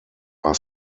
are